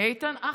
יש לנו איתן.